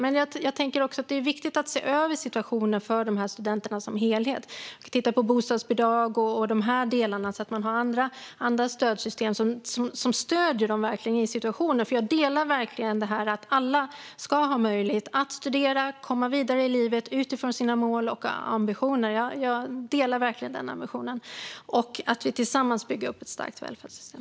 Men jag tänker också att det är viktigt att vi ser över studenternas situation som helhet, att vi tittar på bostadsbidrag och de delarna så att de har andra stödsystem som verkligen stöder dem i den situationen. Jag håller med om att alla ska ha möjlighet att studera och komma vidare i livet utifrån sina mål och ambitioner. Tillsammans bygger vi upp ett starkt välfärdssystem.